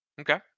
Okay